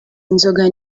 inzoga